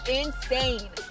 insane